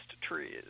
trees